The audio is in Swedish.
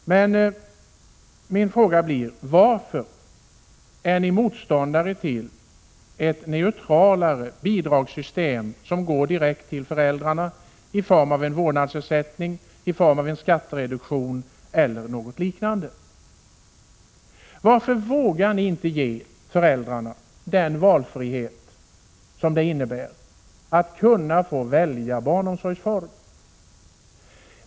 Men min fråga lyder: Varför är ni motståndare till ett system med neutralare bidrag, som går direkt till föräldrarna i form av vårdnadsersättning, en skattereduktion eller något liknande? Varför vågar ni inte ge föräldrarna den valfrihet som det innebär att kunna få välja barnomsorgsform?